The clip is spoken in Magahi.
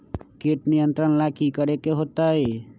किट नियंत्रण ला कि करे के होतइ?